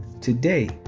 Today